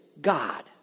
God